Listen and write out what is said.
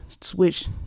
switch